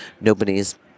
nobody's